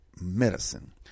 medicine